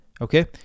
okay